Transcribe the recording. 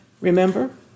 Remember